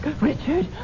Richard